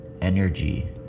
energy